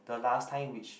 the last time which